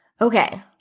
Okay